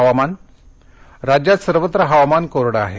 हवामान राज्यात सर्वत्र हवामान कोरडं आहे